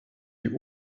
die